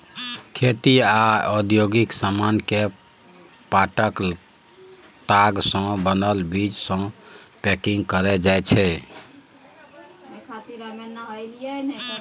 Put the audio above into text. खेती आ औद्योगिक समान केँ पाटक ताग सँ बनल चीज सँ पैंकिग कएल जाइत छै